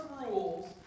rules